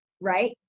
right